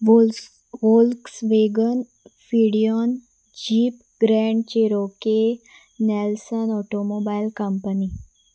वोल्स Volks vegan Phaeton Jeep Grand Cherokee Nelson automobile company